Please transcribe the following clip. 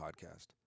podcast